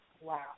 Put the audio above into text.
Wow